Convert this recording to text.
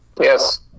Yes